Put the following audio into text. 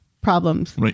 problems